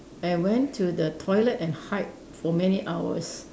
and went to the toilet and hide for many hours